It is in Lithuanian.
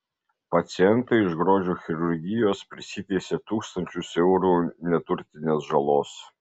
pacientai iš grožio chirurgijos prisiteisė tūkstančius eurų neturtinės žalos